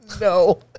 No